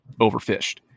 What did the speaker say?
overfished